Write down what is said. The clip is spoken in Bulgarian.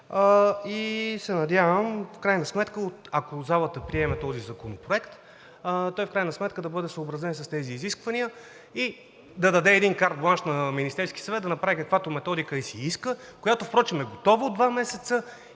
и се надявам, ако залата приеме този законопроект, той в крайна сметка да бъде съобразен с тези изисквания и да даде един картбланш на Министерския съвет да направи каквато методика си иска, която впрочем е готова от два месеца